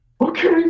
Okay